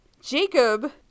Jacob